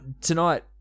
tonight